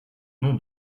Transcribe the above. nom